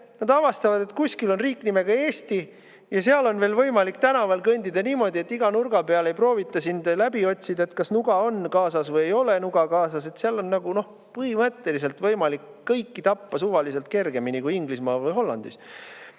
nad avastavad, et kuskil on riik nimega Eesti ja seal on veel võimalik tänaval kõndida niimoodi, et iga nurga peal ei proovita sind läbi otsida, kas nuga on kaasas või ei ole nuga kaasas. Seal on põhimõtteliselt võimalik kõiki tappa suvaliselt kergemini kui Inglismaal või Hollandis.